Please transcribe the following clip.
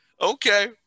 Okay